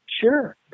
sure